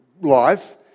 life